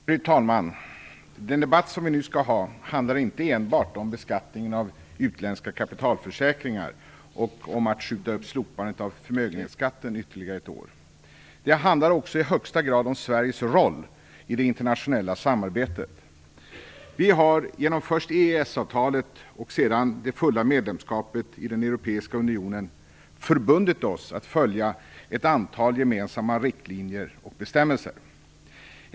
Fru talman! Den debatt som vi nu skall ha handlar inte enbart om beskattning av utländska kapitalförsäkringar och om att skjuta upp slopandet av förmögenhetsskatten ytterligare ett år. Det handlar också i högsta grad om Sveriges roll i det internationella samarbetet. Vi har genom först EES-avtalet och sedan det fulla medlemskapet i den europeiska unionen förbundit oss att följa ett antal gemensamma riktlinjer och bestämmelser.